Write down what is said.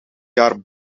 jaar